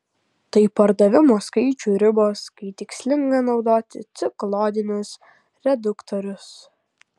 tai perdavimo skaičių ribos kai tikslinga naudoti cikloidinius reduktorius